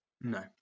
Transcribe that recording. No